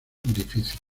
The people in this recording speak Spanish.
difícil